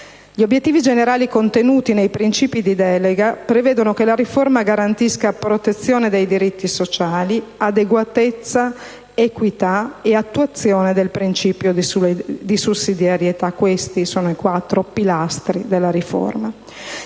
Gli obiettivi generali contenuti nei principi di delega prevedono che la riforma garantisca protezione dei diritti sociali, adeguatezza, equità e attuazione del principio di sussidiarietà. Questi sono i quattro pilastri della riforma.